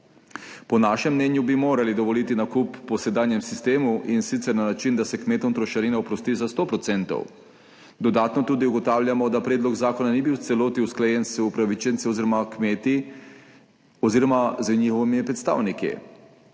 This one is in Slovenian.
Po našem mnenju bi morali dovoliti nakup po sedanjem sistemu, in sicer na način, da se kmetom trošarina oprosti za 100 %. Dodatno tudi ugotavljamo, da predlog zakona ni bil v celoti usklajen z upravičenci oziroma kmeti oziroma z njihovimi predstavniki.